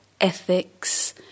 ethics